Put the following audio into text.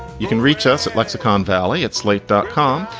you can reach us at lexicon valley at slate dot com.